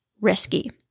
risky